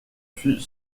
fut